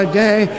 day